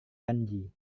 kanji